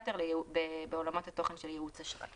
יותר בעולמות התוכן של ייעוץ אשראי.